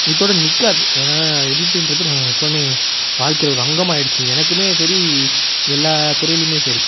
இத்தோடு நிற்காது ஏன்னா எடிட்டுன்றது எப்பவும் வாழ்க்கையில் ஒரு அங்கமாகிடுச்சி எனக்கும் சரி எல்லா துறையிலும் சரி